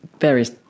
various